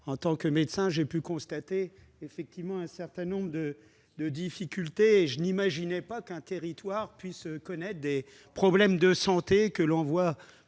En tant que médecin, j'ai pu y constater un certain nombre de difficultés. Je n'imaginais pas qu'un territoire français puisse connaître des problèmes de santé que l'on ne voit